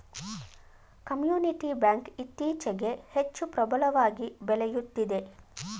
community bank ಇತ್ತೀಚೆಗೆ ಹೆಚ್ಚು ಪ್ರಬಲವಾಗಿ ಬೆಳೆಯುತ್ತಿದೆ